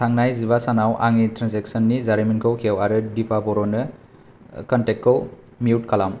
थांनाय जिबा सानाव आंनि ट्रेन्जेकसननि जारिमिनखौ खेव आरो दिपा बार'नो कनटेक्टखौ मिउट खालाम